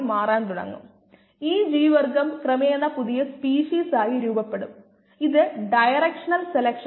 അതിനാൽ നമുക്ക് രണ്ടാമത്തെ ചോദ്യം ചോദിക്കാം എന്താണ് അറിയപ്പെടുന്നത് അല്ലെങ്കിൽ നൽകുന്നത്